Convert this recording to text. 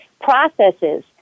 processes